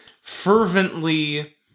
fervently